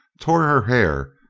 tore her hair,